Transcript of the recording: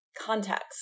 context